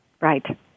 Right